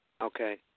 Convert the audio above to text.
Okay